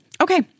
okay